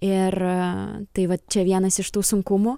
ir tai va čia vienas iš tų sunkumų